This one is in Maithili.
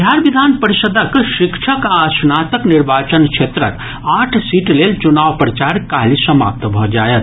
बिहार विधान परिषद्क शिक्षक आ स्नातक निर्वाचन क्षेत्रक आठ सीट लेल चुनाव प्रचार काल्हि समाप्त भऽ जायत